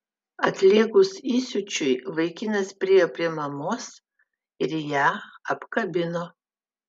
atlėgus įsiūčiui vaikinas priėjo prie mamos ir ją apkabino